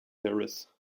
paris